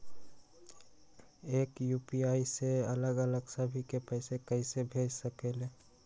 एक यू.पी.आई से अलग अलग सभी के पैसा कईसे भेज सकीले?